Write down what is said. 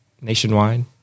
nationwide